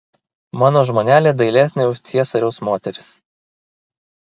mano žmonelė dailesnė už ciesoriaus moteris